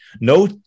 No